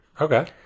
Okay